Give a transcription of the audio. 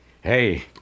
hey